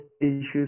issues